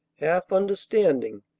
half understanding,